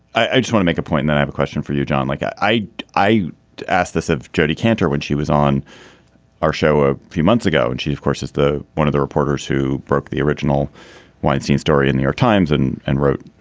i just wanna make a point that i have a question for you, john, like i i i asked this of jodi kantor when she was on our show a few months ago. and she, of course, is the one of the reporters who broke the original wainstein story in new york times and and wrote,